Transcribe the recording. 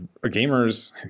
gamers